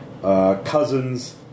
cousins